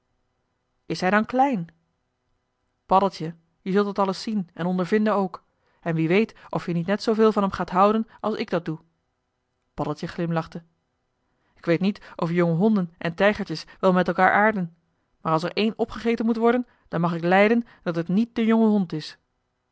is hij dan klein paddeltje je zult dat alles zien en ondervinden ook en wie weet of je niet net zooveel van hem gaat houden als ik dat doe paddeltje glimlachte k weet niet of jonge honden en tijgertjes wel met elkaar aarden maar als er een opgegeten moet worden dan mag ik lijden dat het niet de jonge hond is